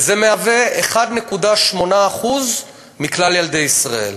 וזה 1.8% מכלל ילדי ישראל.